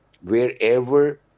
wherever